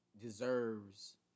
deserves